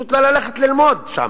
פשוט לא ללכת ללמוד שם.